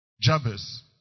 Jabez